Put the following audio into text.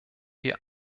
wir